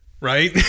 right